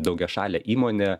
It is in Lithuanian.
daugiašalė įmonė